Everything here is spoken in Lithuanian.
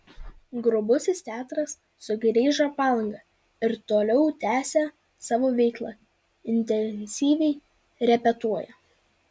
grubusis teatras sugrįžo į palangą ir toliau tęsią savo veiklą intensyviai repetuoja